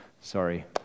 Sorry